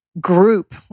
group